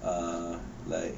err like